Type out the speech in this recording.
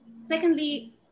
Secondly